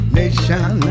nation